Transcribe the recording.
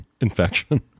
infection